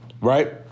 Right